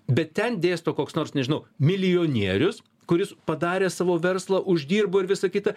bet ten dėsto koks nors nežinau milijonierius kuris padarė savo verslą uždirbo ir visa kita